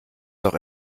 doch